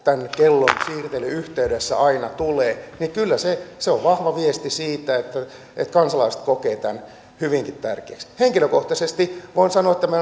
tämän kellon siirtelyn yhteydessä tulee niin kyllä se se on vahva viesti siitä että että kansalaiset kokevat tämän hyvinkin tärkeäksi henkilökohtaisesti voin sanoa että minä olen